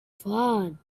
fun